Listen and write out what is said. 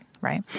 right